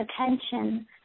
attention